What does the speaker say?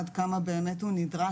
עד כמה באמת הוא נדרש,